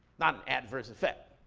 not an adverse effect.